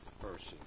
person